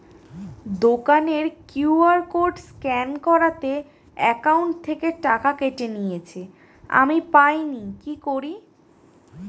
দোকানের QR code scan করাতে account থেকে টাকা কেটে নিয়েছে, আমি পাইনি কি করি?